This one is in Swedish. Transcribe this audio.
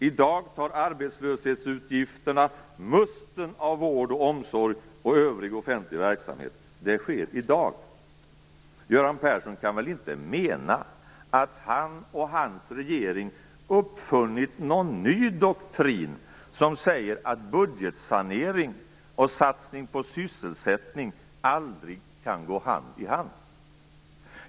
I dag tar arbetslöshetsutgifterna musten av vård, omsorg och övrig offentlig verksamhet. Det sker i dag! Göran Persson kan väl inte mena att han och hans regering har uppfunnit någon ny doktrin som säger att budgetsanering och satsning på sysselsättning aldrig kan gå hand i hand?